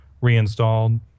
reinstalled